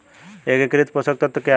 एकीकृत पोषक तत्व क्या है?